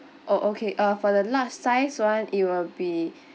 oh okay uh for the large size [one] it will be